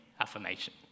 affirmation